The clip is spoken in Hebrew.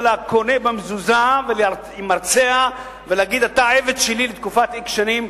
הקונה במזוזה עם מרצע ולהגיד: אתה עבד שלי לתקופת x שנים,